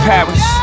Paris